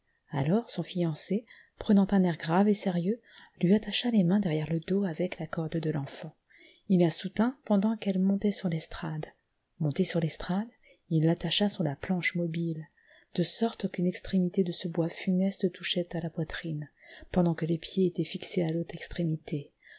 alors son fiancé prenant un air grave et sérieux lui attacha les mains derrière le dos avec la corde de l'enfant il la soutint pendant qu'elle montait sur l'estrade montée sur l'estrade il l'attacha sur la planche mobile de sorte qu'une extrémité de ce bois funeste touchait à la poitrine pendant que les pieds étaient fixés à l'autre extrémité